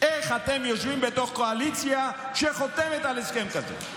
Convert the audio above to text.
איך אתם יושבים בתוך קואליציה שחותמת על הסכם כזה?